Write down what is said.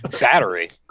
Battery